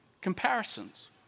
Comparisons